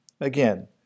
Again